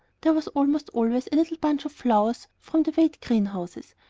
there was almost always a little bunch of flowers from the wade greenhouses,